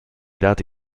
dati